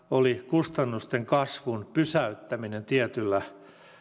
oli kustannusten kasvun pysäyttäminen tietyllä